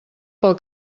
pel